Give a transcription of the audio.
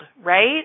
right